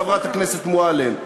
חברת הכנסת מועלם.